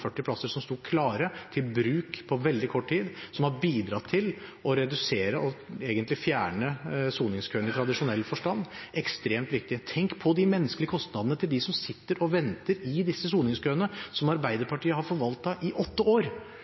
plasser som sto klare til bruk på veldig kort tid, og som har bidratt til å redusere og egentlig fjerne soningskøene i tradisjonell forstand, ekstremt viktig. Tenk på de menneskelige kostnadene til dem som sitter og venter i disse soningskøene som Arbeiderpartiet har forvaltet i åtte år.